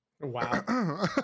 Wow